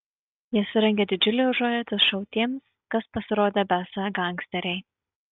jie surengė didžiulį užuojautos šou tiems kas pasirodė besą gangsteriai